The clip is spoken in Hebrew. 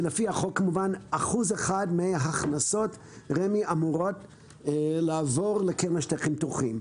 לפי החוק 1% מן ההכנסות של רמ"י אמורות לעבור לקרן לשטחים פתוחים.